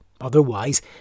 Otherwise